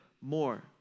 more